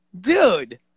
Dude